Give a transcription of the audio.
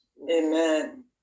Amen